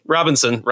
Robinson